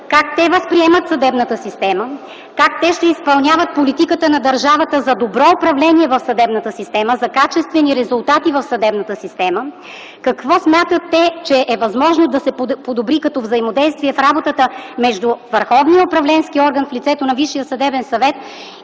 възприемат съдебната система, как те ще изпълняват политиката на държавата за добро управление и за качествени резултати в съдебната система, какво смятат те, че е възможно да се подобри като взаимодействие в работата между върховния управленски орган в лицето на Висшия съдебен съвет